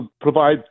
provide